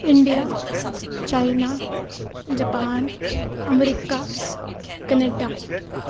India China Japan America Canada